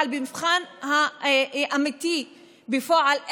במבחן אמיתי בפועל,